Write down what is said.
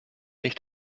nicht